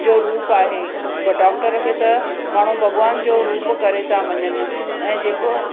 जो रूप आहे डॉक्टर खे त माण्हू भॻिवान जो रूप करे था मञनि ऐं जेको